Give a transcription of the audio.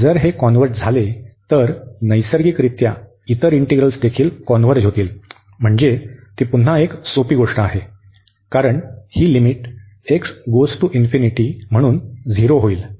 आणि जर हे कॉन्व्हर्ज झाले तर नैसर्गिकरित्या इतर इंटीग्रल देखील कॉन्व्हर्ज होतील म्हणजे ती पुन्हा एक सोपी गोष्ट आहे कारण ही लिमिट म्हणून 0 होईल